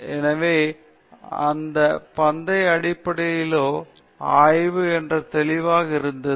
எனவே இது ஒரு பந்தய அடிப்படையிலான ஆய்வு என்று தெளிவாக இருந்தது